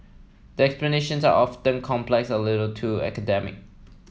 the explanations are often complex a little too academic